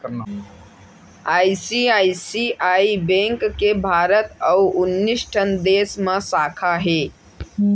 ICICI bank के भारत अउ उन्नीस ठन देस म साखा हे